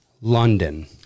London